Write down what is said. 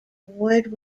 award